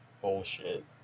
bullshit